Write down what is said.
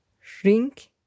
Shrink